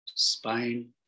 spine